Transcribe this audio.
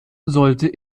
sollte